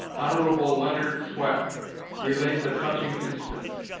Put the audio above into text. hon. leonard swett relates a touching instance